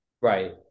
Right